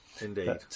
Indeed